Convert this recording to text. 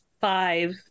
five